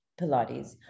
Pilates